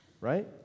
right